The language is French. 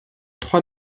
trois